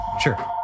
Sure